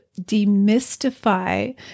demystify